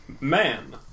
Man